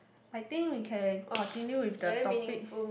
I think we can continue with the topic